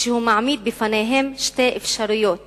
כשהוא מעמיד בפניהם שתי אפשרויות